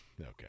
Okay